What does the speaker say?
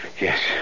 Yes